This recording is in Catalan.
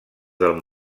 del